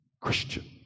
Christian